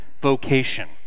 vocation